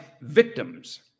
victims